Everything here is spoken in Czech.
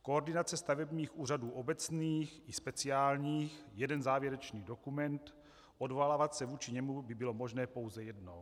Koordinace stavebních úřadů obecných i speciálních, jeden závěrečný dokument, odvolávat se vůči němu by bylo možné pouze jednou.